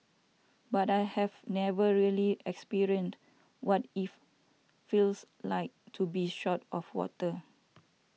but I have never really experienced what it feels like to be short of water